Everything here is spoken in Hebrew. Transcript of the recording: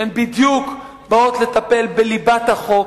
שהן באות לטפל בדיוק בליבת החוק.